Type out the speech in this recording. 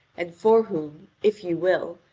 and for whom, if you will,